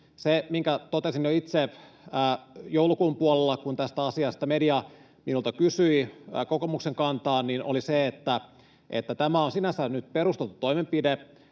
Se, minkä itse totesin jo joulukuun puolella, kun tästä asiasta media minulta kysyi kokoomuksen kantaa, oli se, että tämä on sinänsä nyt perusteltu toimenpide,